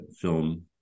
film